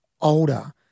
older